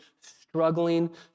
struggling